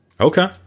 Okay